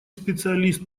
специалист